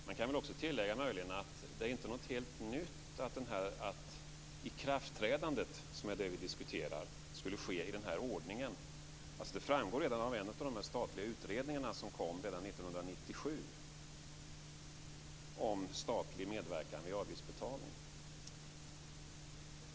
Jag kan också tillägga att det inte är något helt nytt att ikraftträdandet, som är det vi diskuterar, skulle ske i den här ordningen. Det framgår redan av en av de statliga utredningar som kom 1997 om statlig medverkan vid avgiftsbetalning.